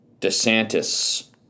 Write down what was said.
DeSantis